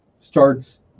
starts